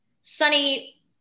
Sunny